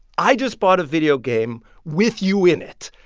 i just bought a video game with you in it.